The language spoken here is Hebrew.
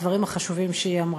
בדברים החשובים שהיא אמרה.